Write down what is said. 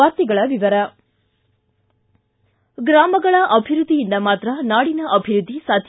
ವಾರ್ತೆಗಳ ವಿವರ ಗ್ರಾಮಗಳ ಅಭಿವೃದ್ಧಿಯಿಂದ ಮಾತ್ರ ನಾಡಿನ ಅಭಿವೃದ್ಧಿ ಸಾಧ್ಯ